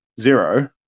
zero